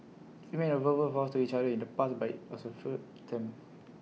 we made A verbal vows to each other in the past but IT was A foot attempt